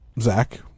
Zach